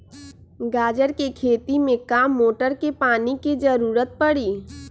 गाजर के खेती में का मोटर के पानी के ज़रूरत परी?